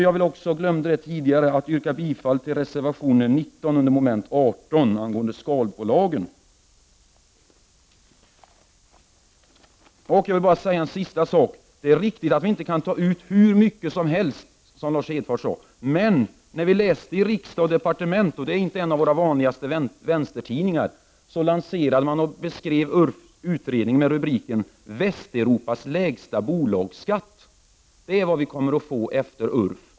Jag glömde tidigare att yrka bifall till reservation 19 — mom. 18 — angående skalbolagen, vilket jag alltså härmed gör. Till sist: Det är riktigt att vi inte kan ta ut hur mycket som helst, som Lars Hedfors sade. Men i Riksdag & Departement, och det är inte en av de vanligaste vänstertidningarna, lanserade och beskrev man utredningen URF under rubriken ”Västeuropas lägsta bolagsskatt”. Det är vad vi kommer att få efter URF.